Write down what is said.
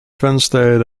translated